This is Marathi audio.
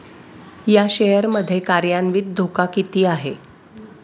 या शेअर मध्ये कार्यान्वित धोका किती आहे?